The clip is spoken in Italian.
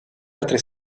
altre